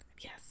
yes